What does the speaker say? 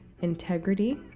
integrity